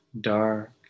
dark